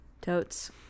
totes